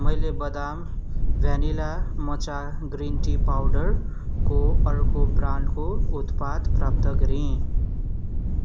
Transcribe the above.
मैले बदाम vanilla matcha green tea पाउडरको अर्को ब्रान्डको उत्पाद प्राप्त गरेँ